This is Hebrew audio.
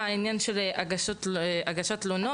ולפנות במידת הצורך.